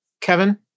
Kevin